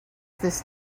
this